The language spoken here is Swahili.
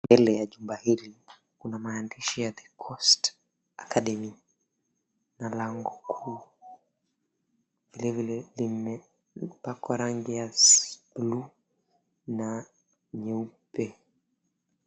Mbele ya jengo hili, kuna maandishi ya, "The Coast Academy," na lango kuu. Vilevile, limepakwa rangi ya buluu na nyeupe.